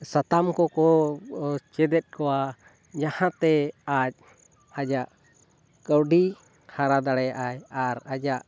ᱥᱟᱛᱟᱢ ᱠᱚᱠᱚ ᱪᱮᱫ ᱮᱫ ᱠᱚᱣᱟ ᱡᱟᱦᱟᱸᱛᱮ ᱟᱡ ᱟᱡᱟᱜ ᱠᱟᱹᱣᱰᱤ ᱦᱟᱨᱟ ᱫᱟᱲᱮᱭᱟᱜ ᱟᱭ ᱟᱨ ᱟᱭᱟᱜ